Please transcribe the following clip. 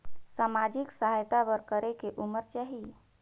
समाजिक सहायता बर करेके उमर चाही?